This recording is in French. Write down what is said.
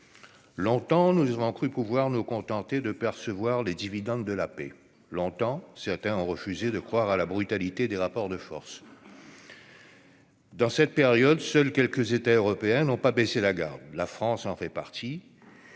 Longtemps, nous avons cru pouvoir nous contenter de percevoir les dividendes de la paix. Longtemps, certains ont refusé de croire à la brutalité des rapports de force. Dans cette période, seuls quelques États européens n'ont pas baissé la garde. La France en fait partie,